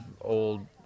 old